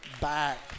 back